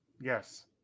Yes